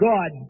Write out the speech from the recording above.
God